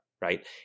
right